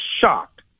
shocked